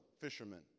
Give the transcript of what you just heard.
fishermen